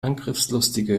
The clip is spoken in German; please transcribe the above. angriffslustige